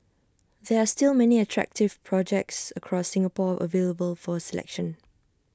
there are still many attractive projects across Singapore available for selection